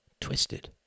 twisted